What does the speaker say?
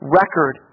record